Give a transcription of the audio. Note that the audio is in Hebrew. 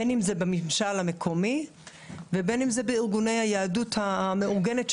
בין אם זה בממשל המקומי ובין אם זה בארגוני היהדות המאורגנת,